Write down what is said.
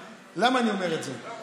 למה אני אומר את זה?